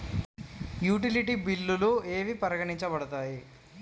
Utility బిల్లులు ఏవి పరిగణించబడతాయి?